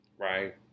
Right